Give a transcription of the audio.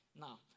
Now